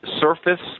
surface